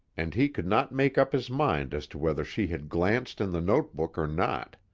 and he could not make up his mind as to whether she had glanced in the note-book or not.